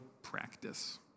Practice